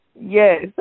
Yes